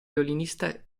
violinista